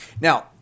Now